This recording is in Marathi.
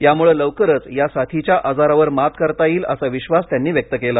यामुळे लवकरच या साथीच्या आजारावर मात करता येईल असा विश्वास त्यांनी व्यक्त केला